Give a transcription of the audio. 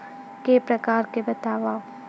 के प्रकार बतावव?